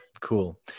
Cool